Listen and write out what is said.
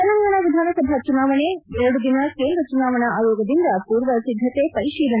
ತೆಲಂಗಾಣ ವಿಧಾನಸಭಾ ಚುನಾವಣೆ ಎರಡು ದಿನ ಕೇಂದ್ರ ಚುನಾವಣಾ ಆಯೋಗದಿಂದ ಪೂರ್ವ ಸಿದ್ದತೆ ಪರಿಶೀಲನೆ